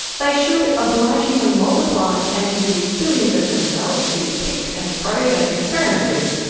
they should obligingly multiply and give you billions of themselves to pick and probe and experiment with.